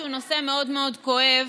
שהוא נושא מאוד מאוד כואב,